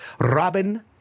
Robin